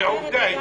זו עובדה.